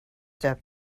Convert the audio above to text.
step